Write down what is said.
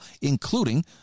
including